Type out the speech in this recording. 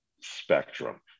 spectrum